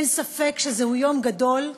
אין ספק שזהו יום גדול,